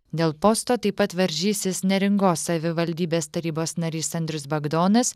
dėl posto taip pat varžysis neringos savivaldybės tarybos narys andrius bagdonas